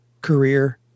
career